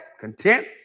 content